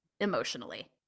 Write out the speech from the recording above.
emotionally